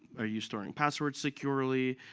are you storing passwords securely?